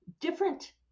different